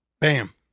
bam